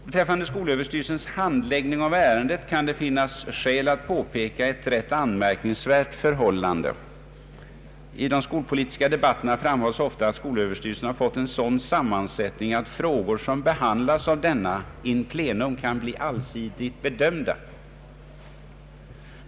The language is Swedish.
Beträffande skolöverstyrelsens handläggning av ärendet kan det finnas skäl att påpeka ett rätt anmärkningsvärt förhållande. I de skolpolitiska debatterna framhålls ofta att skolöverstyrelsen fått en sådan sammansättning att frågor som behandlas av denna in pleno kan bli allsidigt bedömda.